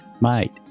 mate